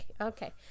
Okay